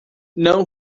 não